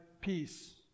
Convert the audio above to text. peace